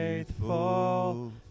Faithful